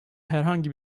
herhangi